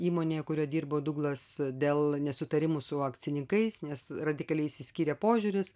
įmonėje kurioje dirbau douglas dėl nesutarimų su akcininkais nes radikaliai išsiskyrė požiūris